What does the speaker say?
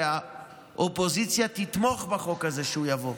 כדי שהאופוזיציה תתמוך בחוק הזה ושהוא יבוא.